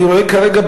אני רואה כרגע,